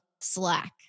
Slack